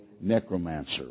necromancer